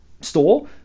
store